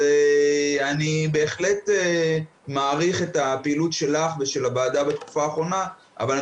אני בהחלט מעריך את הפעילות שלך ושל הוועדה בתקופה האחרונה אבל אני